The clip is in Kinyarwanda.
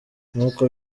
nk’uko